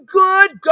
good